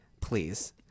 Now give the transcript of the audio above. please